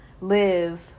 live